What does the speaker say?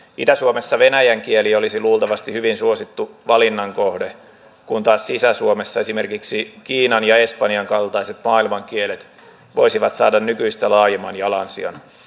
itä suomessa venäjän kieli olisi luultavasti hyvin suosittu valinnan kohde kun taas sisä suomessa esimerkiksi kiinan ja espanjan kaltaiset maailman kielet voisivat saada nykyistä laajemman jalansijan